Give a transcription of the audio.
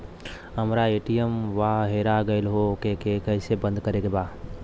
हमरा ए.टी.एम वा हेरा गइल ओ के के कैसे बंद करे के बा?